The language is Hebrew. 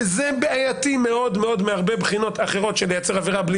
וזה בעייתי מאוד מהרבה בחינות אחרות לייצר עבירה בלי